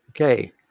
Okay